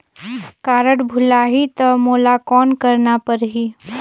Card भुलाही ता मोला कौन करना परही?